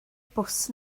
bws